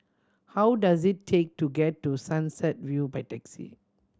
how does it take to get to Sunset View by taxi